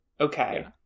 okay